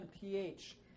pH